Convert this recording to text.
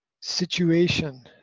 situation